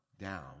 down